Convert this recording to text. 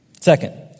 Second